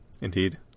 Indeed